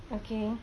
okay